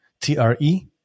t-r-e